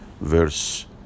verse